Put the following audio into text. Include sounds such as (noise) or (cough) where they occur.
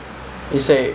tak sama (laughs)